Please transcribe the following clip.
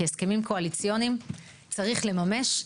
כי הסכמים קואליציוניים צריך לממש.